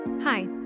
Hi